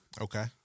Okay